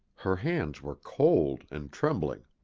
her hands were cold and trembling.